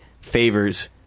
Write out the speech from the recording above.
favors